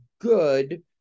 good